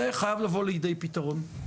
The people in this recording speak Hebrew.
זה חייב לבוא לידי פתרון.